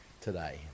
today